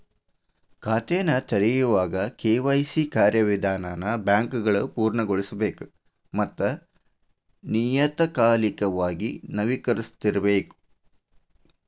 ಖಾತೆನ ತೆರೆಯೋವಾಗ ಕೆ.ವಾಯ್.ಸಿ ಕಾರ್ಯವಿಧಾನನ ಬ್ಯಾಂಕ್ಗಳ ಪೂರ್ಣಗೊಳಿಸಬೇಕ ಮತ್ತ ನಿಯತಕಾಲಿಕವಾಗಿ ನವೇಕರಿಸ್ತಿರಬೇಕ